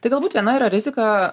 tai galbūt viena yra rizika